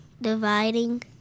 dividing